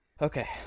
Okay